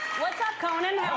what's up, conan? how